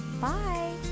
Bye